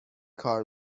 کار